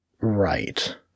right